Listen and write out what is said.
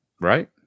Right